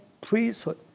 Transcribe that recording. priesthood